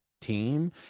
team